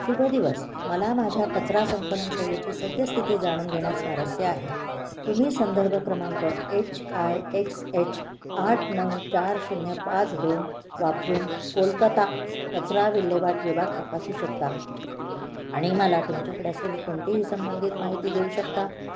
शुभ दिवस मला माझ्या कचरा संकलन सेवेची सद्यस्थिती जाणून घेण्यास स्वारस्य आहे तुम्ही संदर्भ क्रमांक एच आय एक्स एच आठ नऊ चार शून्य पाच दोन वापरून कोलकता कचरा विल्हेवाट विभाग तपासू शकता आणि मला तुमच्याकडे असलेली कोणतीही संबंधित माहिती देऊ शकता